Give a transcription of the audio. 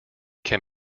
can